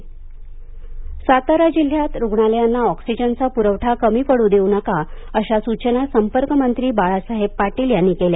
Satara covid स्थिती सातारा जिल्ह्यात रुग्णालयांना ऑक्सिजनचा पुरवठा कमी पडू देवू नका अशा सूचना संपर्कमंत्री बाळासाहेब पाटील यांनी केल्या